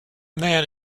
man